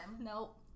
Nope